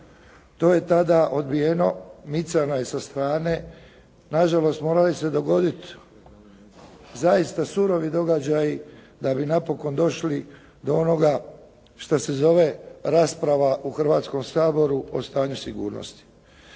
To je tada odbijeno, micano je sa strane. Na žalost, mora li se dogoditi zaista surovi događaji da bi napokon došli do onoga što se zove rasprava u Hrvatskom saboru o stanju sigurnosti.